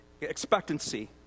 Expectancy